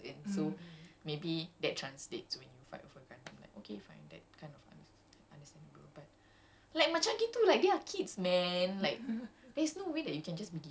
like macam if you're naturally or maybe you fight a lot like in person so maybe that translates when you fight for granted like okay fine that's kind of understandable